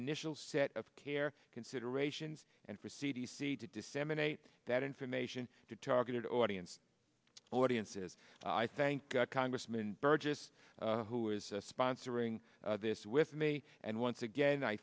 initial set of care considerations and for c d c to disseminate that information to targeted audience audiences i thank congressman burgess who is sponsoring this with me and once again i